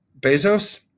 Bezos